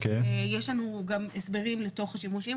יש לנו גם הסברים לתוך השימושים.